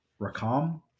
Rakam